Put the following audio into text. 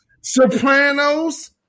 Sopranos